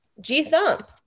G-Thump